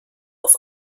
auf